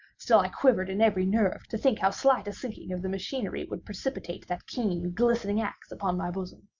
still i quivered in every nerve to think how slight a sinking of the machinery would precipitate that keen, glistening axe upon my bosom.